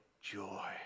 joy